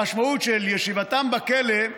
המשמעות של ישיבתם בכלא היא